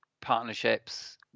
partnerships